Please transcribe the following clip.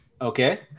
Okay